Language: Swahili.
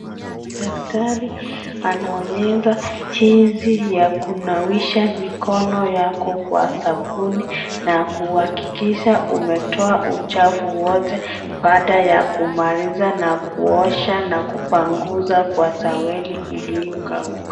Daktari anaonyesha jinsi ya kunawisha mikono yako kwa sabuni na kuhakikisha umetoa uchafu wote baada ya kumaliza na kuosha na kupanguza na taweli iliyokauka.